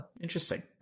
Interesting